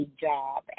job